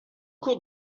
cours